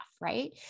right